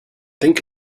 think